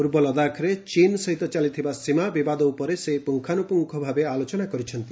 ପୂର୍ବ ଲଦାଖରେ ଚୀନ୍ ସହିତ ଚାଲିଥିବା ସୀମା ବିବାଦ ଉପରେ ସେ ପୁଙ୍ଗାନୁପୁଙ୍ଗ ଆଲୋଚନା କରିଛନ୍ତି